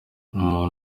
umubu